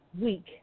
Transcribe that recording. week